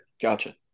Gotcha